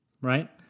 right